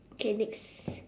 okay next